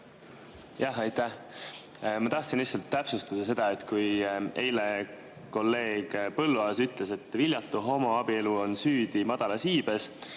Jah, aitäh! Ma tahtsin lihtsalt täpsustada seda, et kui eile kolleeg Põlluaas ütles, et viljatu homoabielu on süüdi madalas iibes,